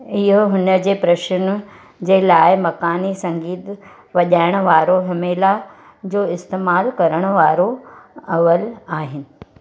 इओ हुन जे प्रशन जे लाइ मक़ानी संगीत वॼाइणु वारो हिम्मेला जो इस्तेमालु करण वारो अवलि आहिनि